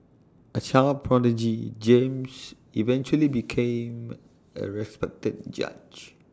A child prodigy James eventually became A respected judge